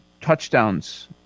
touchdowns